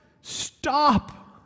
stop